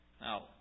Now